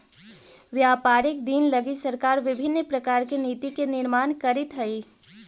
व्यापारिक दिन लगी सरकार विभिन्न प्रकार के नीति के निर्माण करीत हई